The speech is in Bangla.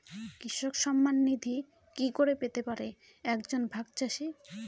কৃষক সন্মান নিধি কি করে পেতে পারে এক জন ভাগ চাষি?